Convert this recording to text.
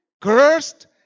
cursed